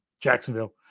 Jacksonville